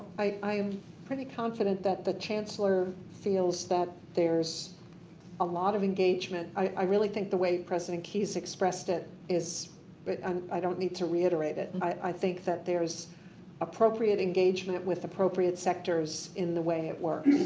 i i am pretty confident that the chancellor feels that there's a lot of engagement. i really think the way president keizs expressed it is but and i don't need to reiterate it. i think that there's appropriate engagement with appropriate sectors in the way it works